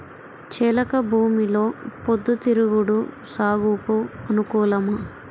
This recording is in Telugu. చెలక భూమిలో పొద్దు తిరుగుడు సాగుకు అనుకూలమా?